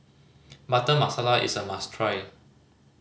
mutter masala is a must try